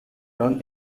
run